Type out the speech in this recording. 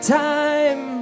time